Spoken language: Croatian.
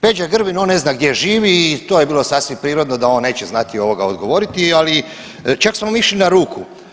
Peđa Grbin, on ne zna gdje živi i to je bilo sasvim prirodno da on neće znati, ovoga, odgovoriti, ali čak smo vam išli na ruku.